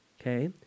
okay